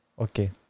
Okay